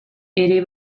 ere